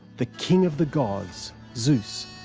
the king of the gods, zeus,